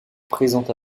présente